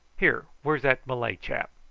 here, where's that malay chap?